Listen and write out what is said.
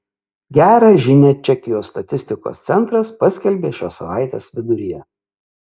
gerą žinią čekijos statistikos centras paskelbė šios savaitės viduryje